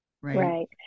Right